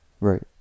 Right